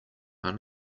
are